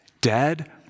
dead